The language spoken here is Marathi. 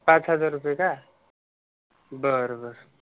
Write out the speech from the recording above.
पाच हजार रुपये का बरं बरं